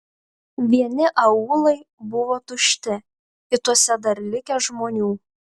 vieni aūlai buvo tušti kituose dar likę žmonių